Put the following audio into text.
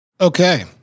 Okay